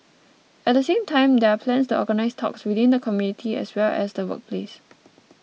at the same time there are plans to organise talks within the community as well as the workplace